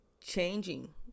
changing